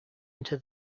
into